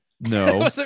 no